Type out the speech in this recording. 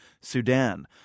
Sudan